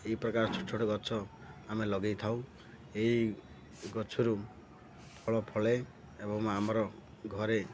ଏହି ପ୍ରକାର ଛୋଟ ଛୋଟ ଗଛ ଆମେ ଲଗେଇଥାଉ ଏଇ ଗଛରୁ ଫଳ ଫଳେ ଏବଂ ଆମର ଘରେ